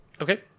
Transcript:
Okay